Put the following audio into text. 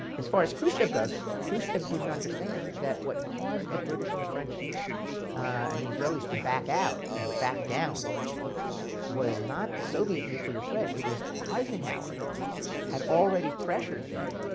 as far as khrushchev goes, khrushchev didn't understand that what caused the british and the french and the israelis to back out and back down was not the soviet nuclear threat. it was eisenhower had already pressured them,